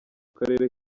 karere